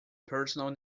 personal